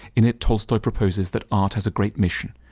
in it, tolstoy proposes that art has a great mission.